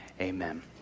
amen